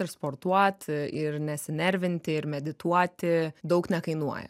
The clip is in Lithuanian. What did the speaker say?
ir sportuoti ir nesinervinti ir medituoti daug nekainuoja